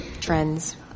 trends